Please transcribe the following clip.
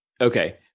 Okay